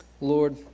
Lord